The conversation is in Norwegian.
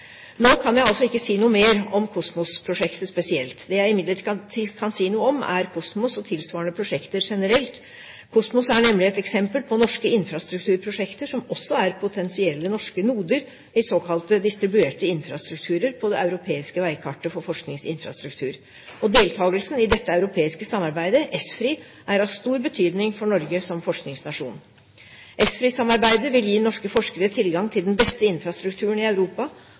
Nå kan jeg altså ikke si noe mer om COSMOS-prosjektet spesielt. Det jeg imidlertid kan si noe om, er COSMOS og tilsvarende prosjekter generelt. COSMOS er nemlig et eksempel på norske infrastrukturprosjekter som også er potensielle norske noder i såkalte distribuerte infrastrukturer på det europeiske veikartet for forskningsinfrastruktur. Deltakelsen i dette europeiske samarbeidet, ESFRI, er av stor betydning for Norge som forskningsnasjon. ESFRI-samarbeidet vil gi norske forskere tilgang til den beste infrastrukturen i Europa,